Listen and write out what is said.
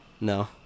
No